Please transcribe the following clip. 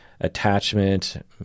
attachment